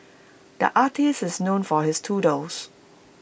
the artist is known for his doodles